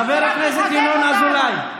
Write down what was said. חבר הכנסת ינון אזולאי.